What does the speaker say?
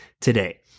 today